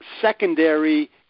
secondary